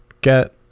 get